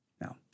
Now